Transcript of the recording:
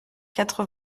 quatre